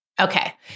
Okay